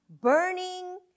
burning